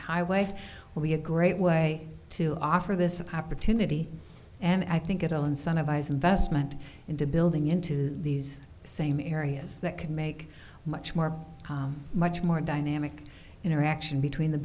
highway will be a great way to offer this opportunity and i think it'll incentivize investment into building into these same areas that can make much more much more dynamic interaction between the